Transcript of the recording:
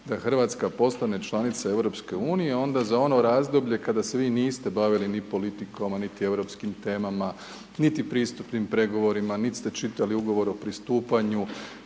da Hrvatska postane članica EU-a, onda za ono razdoblje kada se vi niste bavili ni politikom a niti europskim temama niti pristupnim pregovorima nit ste čitali ugovor o pristupanju